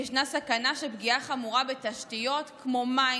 ישנה סכנה של פגיעה חמורה בתשתיות כמו מים,